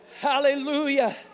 hallelujah